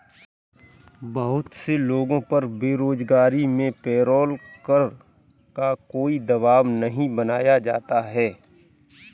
बहुत से लोगों पर बेरोजगारी में पेरोल कर का कोई दवाब नहीं बनाया जाता है